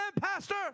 pastor